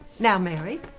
now, mary,